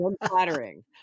unflattering